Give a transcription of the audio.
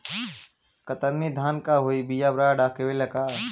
कतरनी धान क hybrid बिया आवेला का?